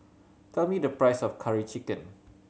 tell me the price of Curry Chicken